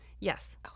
Yes